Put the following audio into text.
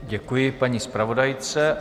Děkuji paní zpravodajce.